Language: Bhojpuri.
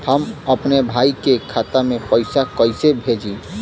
हम अपने भईया के खाता में पैसा कईसे भेजी?